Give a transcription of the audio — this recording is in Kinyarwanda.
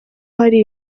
hari